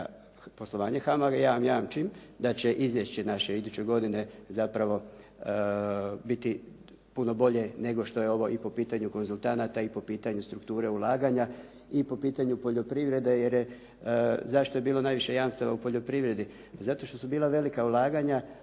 poslovanje HAMAG-a. Ja vam jamčim da će izvješće naše iduće godine zapravo biti puno bolje nego što je ovo i po pitanju konzultanata i po pitanju strukture ulaganja i po pitanju poljoprivrede, jer zašto je bilo najviše jamstava u poljoprivredi? Zato što su bila velika ulaganja,